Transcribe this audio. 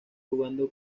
jugando